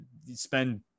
spend